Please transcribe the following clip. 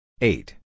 Eight